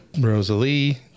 Rosalie